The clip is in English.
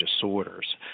disorders